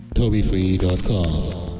TobyFree.com